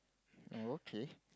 oh okay